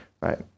right